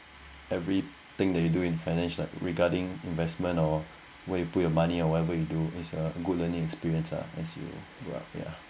every thing that you do in finance regarding investment or where you put your money or whatever you do is a good learning experience ah as you grow up ya